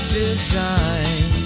design